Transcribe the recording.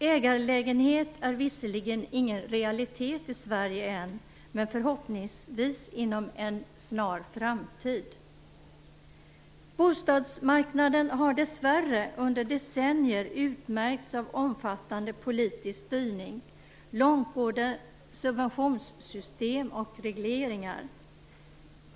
Ägarlägenhet är visserligen ingen realitet i Sverige än, men blir det förhoppningsvis inom en snar framtid. Bostadsmarknaden har dessvärre under decennier utmärkts av omfattande politisk styrning, långtgående subventionssystem och regleringar.